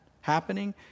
happening